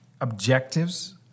objectives